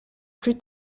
plus